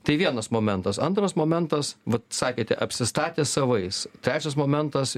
tai vienas momentas antras momentas vat sakėte apsistatęs savais trečias momentas